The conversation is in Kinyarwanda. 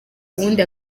ubundi